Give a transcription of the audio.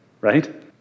right